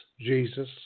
Jesus